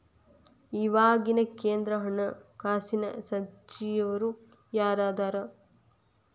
ಇವಾಗಿನ ಕೇಂದ್ರ ಹಣಕಾಸಿನ ಸಚಿವರು ಯಾರದರ